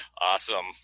Awesome